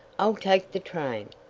i'll take the train,